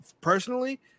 Personally